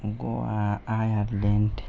Goa Ireland